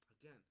again